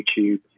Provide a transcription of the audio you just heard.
YouTube